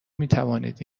میتوانید